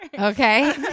Okay